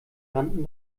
rannten